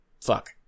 Fuck